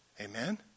Amen